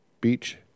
Beach